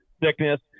thickness